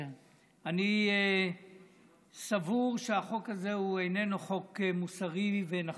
אני סבור שהחוק הזה הוא איננו חוק מוסרי ונכון.